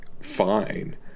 fine